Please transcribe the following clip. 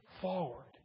forward